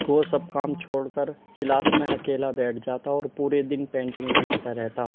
وہ سب کام چھوڑ کر کلاس میں اکیلا بیٹھ جاتا اور پورے دن پینٹنگ بناتا رہتا